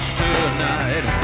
tonight